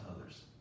others